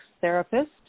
therapist